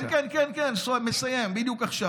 כן כן כן, מסיים בדיוק עכשיו.